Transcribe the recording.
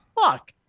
fuck